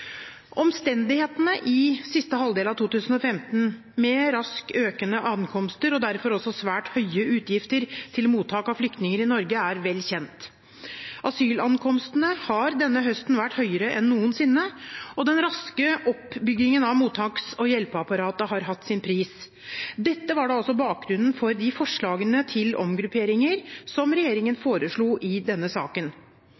Omstendighetene i siste halvdel av 2015 med raskt økende ankomster og derfor også svært høye utgifter til mottak av flyktninger i Norge er vel kjent. Asylankomstene har denne høsten vært høyere enn noensinne, og den raske oppbyggingen av mottaks- og hjelpeapparatet har hatt sin pris. Dette var da også bakgrunnen for de forslagene til omgrupperinger som regjeringen fremmet i denne saken.